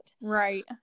right